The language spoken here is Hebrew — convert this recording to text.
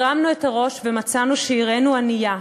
הרמנו את הראש ומצאנו שעירנו ענייה,